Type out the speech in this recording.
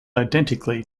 identically